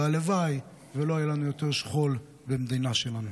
והלוואי שלא יהיה לנו יותר שכול במדינה שלנו.